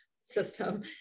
system